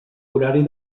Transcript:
horari